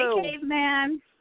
caveman